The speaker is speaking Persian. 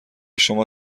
شما